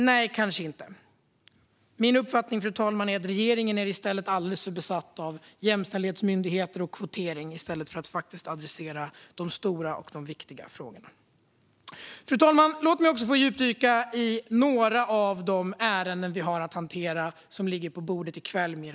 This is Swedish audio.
Nej, kanske inte. Min uppfattning, fru talman, är att regeringen är alldeles för besatt av jämställdhetsmyndigheter och kvotering, i stället för att ta itu med de stora och viktiga frågorna. Fru talman! Låt mig mer specifikt få djupdyka i några av de ärenden vi har att hantera i kväll.